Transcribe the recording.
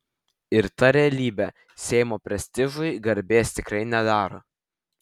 ir ta realybė seimo prestižui garbės tikrai nedaro